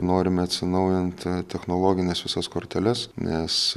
norime atsinaujinti technologines visas korteles nes